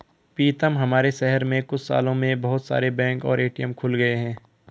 पीतम हमारे शहर में कुछ सालों में बहुत सारे बैंक और ए.टी.एम खुल गए हैं